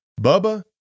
Bubba